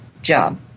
Job